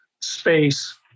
space